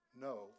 no